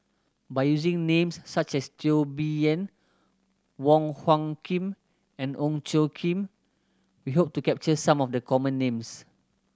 by using names such as Teo Bee Yen Wong Hung Khim and Ong Tjoe Kim we hope to capture some of the common names